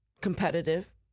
competitive